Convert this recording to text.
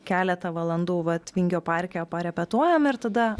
keletą valandų vat vingio parke parepetuojam ir tada